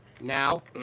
Now